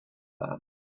that